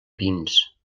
pins